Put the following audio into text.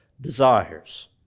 desires